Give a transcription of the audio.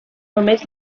només